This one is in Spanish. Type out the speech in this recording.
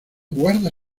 guarda